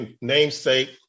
namesake